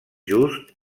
just